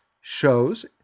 show's